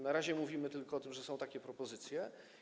Na razie mówimy tylko o tym, że są takie propozycje.